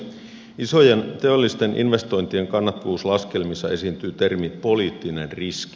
isojen teollisten investointien kannattavuuslaskelmissa esiintyy termi poliittinen riski